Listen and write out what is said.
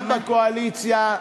גם בקואליציה,